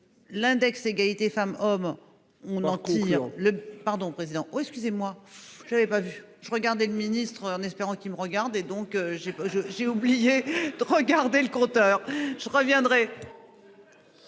L'index égalité femmes-hommes on en tire le pardon président oh excusez-moi j'avais pas vu, je regardais le ministre en espérant qu'ils me regardent et donc j'ai, je, j'ai oublié de regarder le compteur je reviendrai.